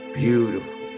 beautiful